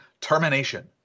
termination